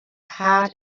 heart